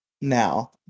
Now